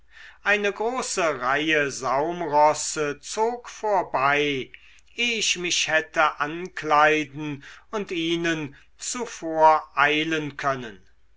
eine große reihe saumrosse zog vorbei eh ich mich hätte ankleiden und ihnen zuvoreilen können